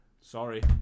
Sorry